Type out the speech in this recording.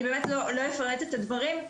אני באמת לא אפרט את הדברים.